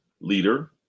leader